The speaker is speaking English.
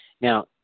Now